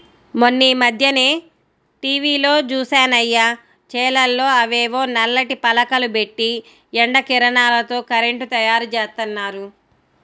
మొన్నీమధ్యనే టీవీలో జూశానయ్య, చేలల్లో అవేవో నల్లటి పలకలు బెట్టి ఎండ కిరణాలతో కరెంటు తయ్యారుజేత్తన్నారు